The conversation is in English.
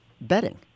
betting